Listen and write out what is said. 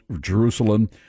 Jerusalem